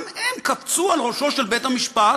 גם הם קפצו על ראשו של בית-המשפט,